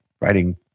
writing